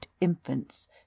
infants